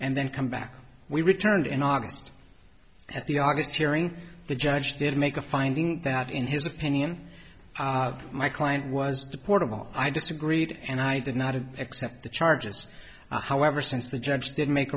and then come back we returned in august at the august hearing the judge did make a finding that in his opinion of my client was deportable i disagreed and i did not accept the charges however since the judge did make